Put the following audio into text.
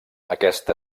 aquesta